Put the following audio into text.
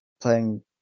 playing